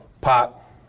Pop